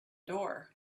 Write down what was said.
door